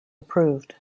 approved